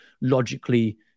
logically